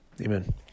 Amen